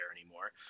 anymore